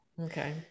Okay